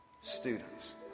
Students